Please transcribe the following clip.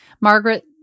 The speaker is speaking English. Margaret